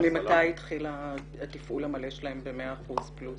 מתי התחיל התפעול המלא שלהם ב-100 אחוזים פלוס?